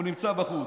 הוא נמצא בחוץ.